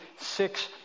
six